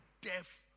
deaf